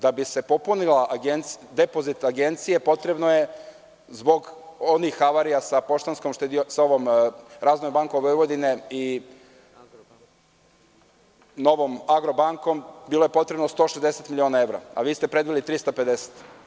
Da bi se popunio depozit Agencije, potrebno je zbog onih havarija sa „Razvojnom bankom Vojvodine“ i „Novom Agrobankom“, bilo je potrebno 160 miliona evra, a vi ste predvideli 350.